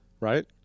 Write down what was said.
right